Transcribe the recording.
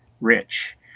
rich